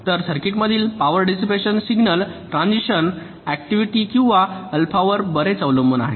तर सर्किटमधील power dissipation signal transition activity किंवा अल्फावर बरेच अवलंबून आहे